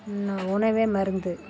உண்ணும் உணவே மருந்து